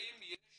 האם יש